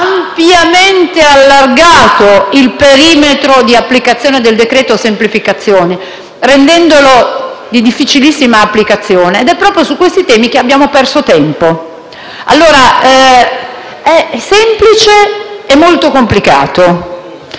ampiamente allargato il perimetro di applicazione del decreto-legge semplificazioni, rendendolo di difficilissima applicazione ed è proprio su questi temi che abbiamo perso tempo. È semplice e molto complicato